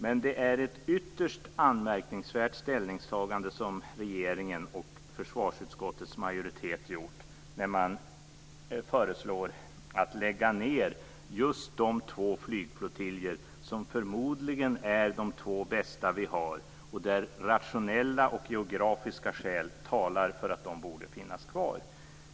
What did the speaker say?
Men det är ett ytterst anmärkningsvärt ställningstagande som regeringen och försvarsutskottets majoritet har gjort när man föreslår att lägga ned just de två flygflottiljer som förmodligen är de två bästa vi har och där rationella och geografiska skäl talar för att de borde finnas kvar.